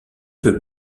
peut